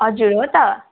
हजुर हो त